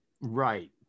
right